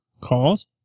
calls